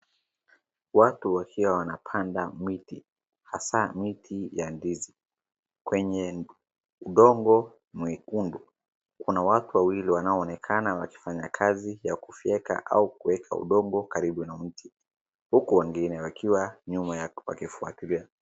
Watu wakiwa wanapanda miti hasa miti ya ndizi kwenye udongo mwekundu. Kuna watu wawili wanaonekana wakifanya kazi ya kufyeka au kuweka udongo karibu na mti huku wengine wakiwa nyuma wakifuatilia.